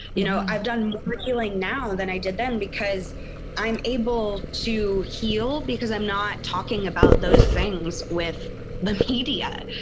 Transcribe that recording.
you know, i've done more healing now than i did then because i am able to heal because i'm not talking about those things with the media.